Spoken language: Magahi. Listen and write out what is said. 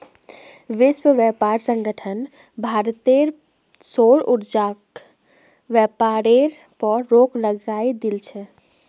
विश्व व्यापार संगठन भारतेर सौर ऊर्जाक व्यापारेर पर रोक लगई दिल छेक